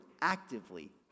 actively